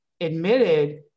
admitted